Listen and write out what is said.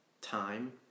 time